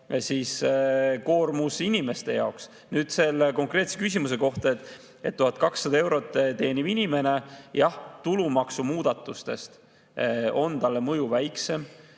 koormus inimeste jaoks. Nüüd selle konkreetse küsimuse kohta. 1200 eurot teeniv inimene – jah, tulumaksumuudatuste mõju on talle väiksem,